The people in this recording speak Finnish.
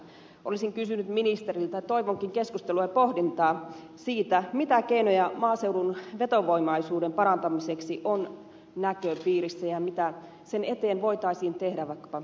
olisin kysynyt ministeriltä ja toivonkin keskustelua ja pohdintaa siitä mitä keinoja maaseudun vetovoimaisuuden parantamiseksi on näköpiirissä ja mitä sen eteen voitaisiin tehdä vaikkapa ministeriössä